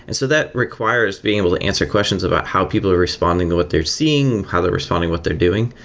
and so that requires being able to answer questions about how people are responding to what they're seeing and how they're responding what they're doing,